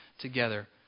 together